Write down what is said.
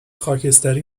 خاکستری